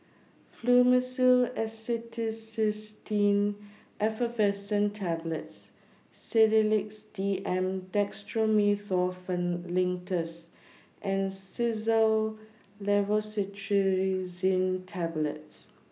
Fluimucil Acetylcysteine Effervescent Tablets Sedilix D M Dextromethorphan Linctus and Xyzal Levocetirizine Tablets